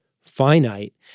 finite